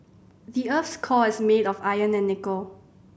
the earth's core is made of iron and nickel